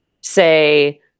say